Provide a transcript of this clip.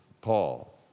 Paul